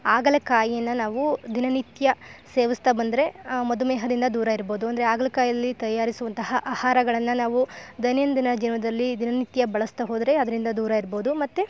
ಹಾಗಲಕಾಯಿ ನಾವು ದಿನನಿತ್ಯ ಸೇವಿಸ್ತ ಬಂದರೆ ಮಧುಮೇಹದಿಂದ ದೂರ ಇರ್ಬೋದು ಅಂದರೆ ಹಾಗಲ್ಕಾಯಲ್ಲಿ ತಯಾರಿಸುವಂತಹ ಆಹಾರಗಳನ್ನ ನಾವು ದೈನಂದಿನ ಜೀವನದಲ್ಲಿ ದಿನನಿತ್ಯ ಬಳಸ್ತಾಹೋದರೆ ಅದರಿಂದ ದೂರ ಇರ್ಬೋದು ಮತ್ತು